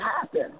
happen